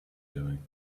doing